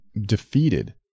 defeated